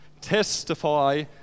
testify